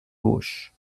gauche